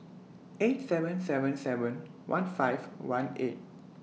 eight seven seven seven one five one eight